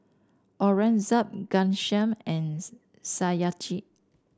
Aurangzeb Ghanshyam and Satyajit